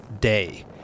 day